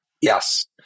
Yes